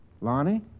Lonnie